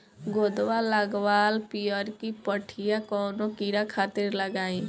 गोदवा लगवाल पियरकि पठिया कवने कीड़ा खातिर लगाई?